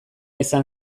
izan